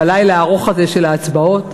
בלילה הארוך הזה של ההצבעות,